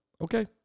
okay